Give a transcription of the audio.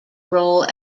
role